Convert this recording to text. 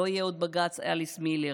לא יהיה עוד בג"ץ אליס מילר,